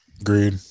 Agreed